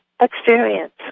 experience